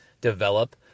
develop